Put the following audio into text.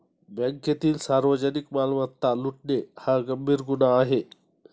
बँकेतील सार्वजनिक मालमत्ता लुटणे हा गंभीर गुन्हा आहे